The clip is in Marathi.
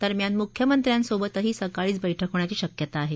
दरम्यान मुख्यमंत्र्यासोबतही सकाळीचं बैठक होण्याची शक्यता आहे